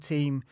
Team